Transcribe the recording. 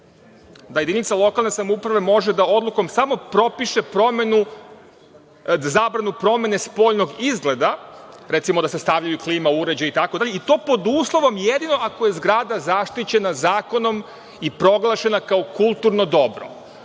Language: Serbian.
da jedinica lokalne samouprave može da odlukom samo propiše zabranu promene spoljnog izgleda, recimo da se stavljaju klima uređaji itd. i to pod uslovom, jedino ako je zgrada zaštićena zakonom i proglašena kao kulturno dobro. To